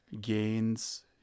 gains